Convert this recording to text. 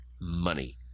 money